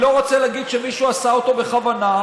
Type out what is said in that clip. אני לא רוצה להגיד שמישהו עשה אותו בכוונה,